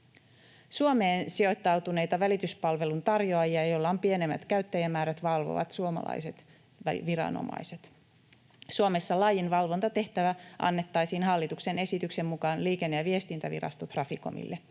Suomeen sijoittautuneita välityspalvelun tarjoajia, joilla on pienemmät käyttäjämäärät, valvovat suomalaiset viranomaiset. Suomessa lainvalvontatehtävä annettaisiin hallituksen esityksen mukaan Liikenne- ja viestintävirasto Traficomille.